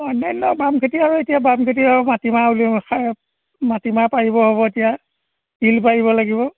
অন্যান্য বাম খেতি আৰু এতিয়া বাম খেতি আৰু মাটিমাহ উলিয়াই ঠা মাটিমাহ পাৰিব হ'ব এতিয়া তিল পাৰিব লাগিব